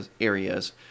areas